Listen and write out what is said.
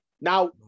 Now